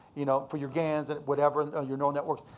you know for your gans, and whatever, or your neural networks,